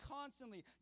constantly